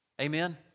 Amen